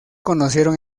conocieron